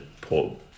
pull